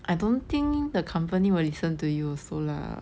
I don't think the company will listen to you also lah